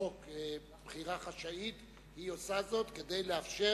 בחוק בחירה חשאית, היא עושה זאת כדי לאפשר